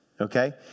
Okay